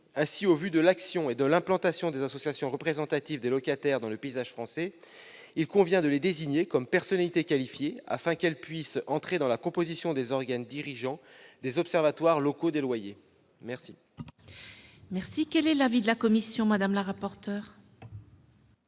Ainsi, au vu de l'action et de l'implantation des associations représentatives des locataires dans le paysage français, il convient de les désigner comme personnalités qualifiées afin qu'elles puissent participer aux organes dirigeants des observatoires locaux des loyers. Quel est l'avis de la commission ? Cet amendement